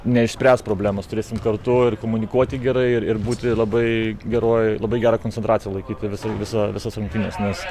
neišspręs problemos turėsim kartu ir komunikuoti gerai ir ir būti labai geroj labai gerą koncentraciją laikyt visą visą visas rungtynes nes